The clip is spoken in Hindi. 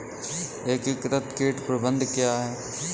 एकीकृत कीट प्रबंधन क्या है?